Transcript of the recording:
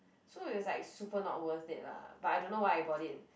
so it was like super not worth it lah but I don't know why I bought it